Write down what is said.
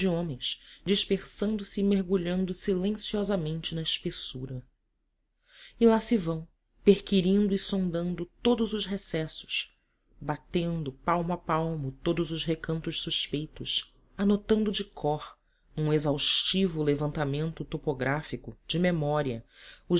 homens dispersando se e mergulhando silenciosamente na espessura e lá se vão perquirindo e sondando todos os recessos batendo palmo a palmo todos os recantos suspeitos anotando de cor num exaustivo levantamento topográfico de memória